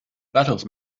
battles